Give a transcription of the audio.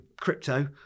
crypto